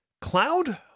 Cloud